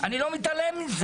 אני לא מתעלם מזה,